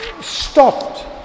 stopped